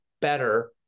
better